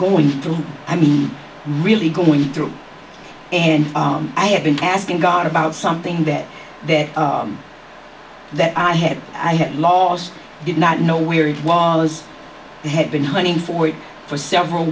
going through i mean really going through and i have been asking god about something that that that i had i had laws did not know where it was had been hunting for it for several